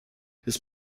his